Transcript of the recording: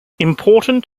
important